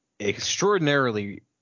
extraordinarily